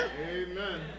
Amen